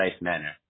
manner